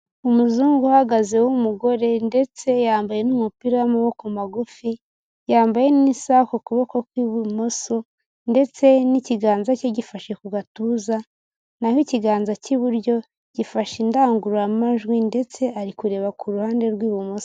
Umuzungu uhagaze w'umugore ndetse yambaye n'umupira w'amaboko magufi, yambaye n'isaha ku kuboko kw'ibumoso ndetse n'ikiganza cye gifashe ku gatuza naho ikiganza cy'iburyo gifashe indangururamajwi ndetse ari kureba ku ruhande rw'ibumoso.